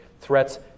threats